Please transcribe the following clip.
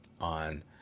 on